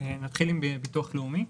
נתחיל עם ביטוח לאומי.